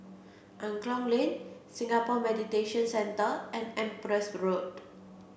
Angklong Lane Singapore Mediation Centre and Empress Road